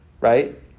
right